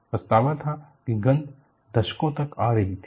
पछतावा था कि गंध दशकों तक आ रही थी